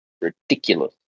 ridiculous